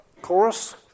chorus